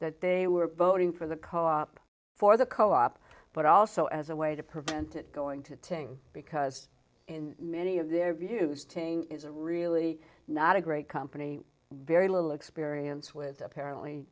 that they were voting for the co op for the co op but also as a way to prevent it going to ting because in many of their views ting is a really not a great company very little experience with apparently